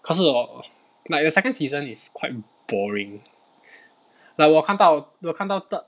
可是 hor like the second season is quite boring like 我看到我看到的